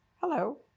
Hello